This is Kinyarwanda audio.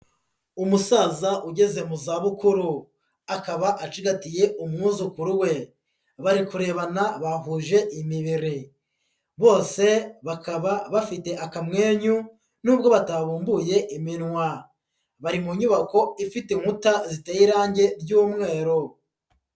Umusaza ugeze mu za bukuru, akaba acigatiye umwuzukuru we, bari kurebana bahuje imibiri, bose bakaba bafite akamwenyu, nubwo batabumbuye iminwa, bari mu nyubako ifite inkuta ziteye irange ry'umweru.